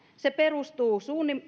se perustuu